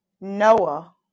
Noah